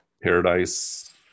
Paradise